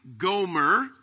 Gomer